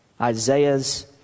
Isaiah's